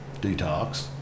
Detox